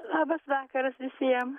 labas vakaras visiem